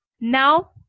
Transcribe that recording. now